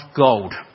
gold